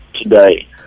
today